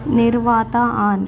ನಿರ್ವಾತ ಆನ್